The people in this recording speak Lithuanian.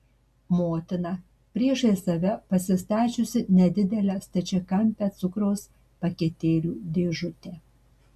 motina priešais save pasistačiusi nedidelę stačiakampę cukraus paketėlių dėžutę